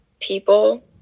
people